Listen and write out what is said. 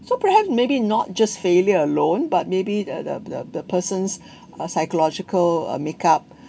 so perhaps maybe not just failure alone but maybe the the the persons uh psychological uh makeup